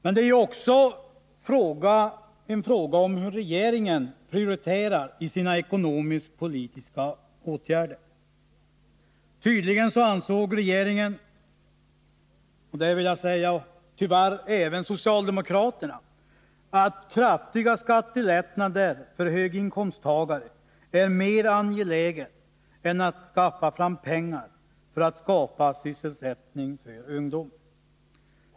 Detta är också en fråga om hur regeringen prioriterar i sina ekonomiskpolitiska åtgärder. Tydligen ansåg regeringen, och tyvärr även socialdemokraterna, att kraftiga skattelättnader för höginkomsttagare är mer angeläget än att skaffa fram pengar för att skapa sysselsättning för ungdom.